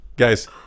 Guys